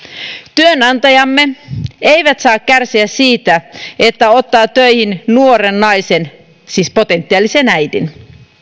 työnantajamme eivät saa kärsiä siitä että ottavat töihin nuoren naisen siis potentiaalisen äidin